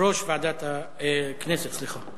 יושב-ראש ועדת הכנסת, סליחה.